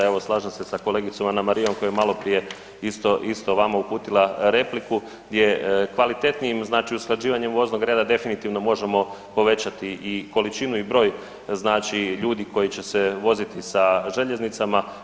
Evo slažem se sa kolegicom Anamarijom koja je maloprije isto vama uputila repliku gdje kvalitetnijim znači usklađivanjem voznog reda definitivno možemo povećati i količinu i broj znači ljudi koji će se voziti sa željeznicama.